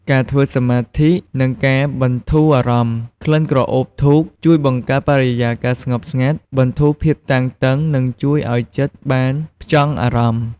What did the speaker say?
ការធ្វើសមាធិ និងការបន្ធូរអារម្មណ៍ ក្លិនក្រអូបធូបជួយបង្កើតបរិយាកាសស្ងប់ស្ងាត់ បន្ធូរភាពតានតឹង និងជួយឱ្យចិត្តបានផ្ចង់អារម្មណ៍។